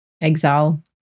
exile